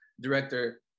director